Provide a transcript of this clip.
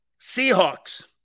Seahawks